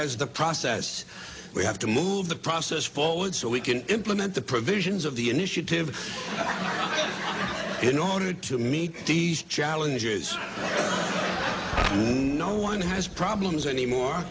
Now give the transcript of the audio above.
as the process we have to move the process forward so we can implement the provisions of the initiative in order to meet these challenges no one has problems any more